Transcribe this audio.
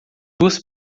duas